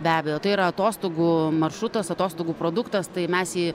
be abejo tai yra atostogų maršrutas atostogų produktas tai mes jį